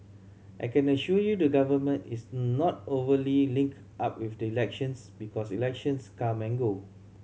I can assure you the Government is not overly linked up with the elections because elections come and go